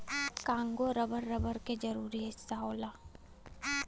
Congo rubber, rubber क जरूरी हिस्सा होला